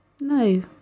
No